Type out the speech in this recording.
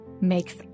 makes